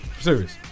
Serious